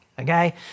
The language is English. Okay